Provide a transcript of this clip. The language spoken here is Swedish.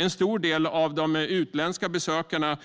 En stor del av de utländska besökarna